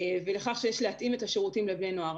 לכך שצריך להתאים את השירותים לבני נוער.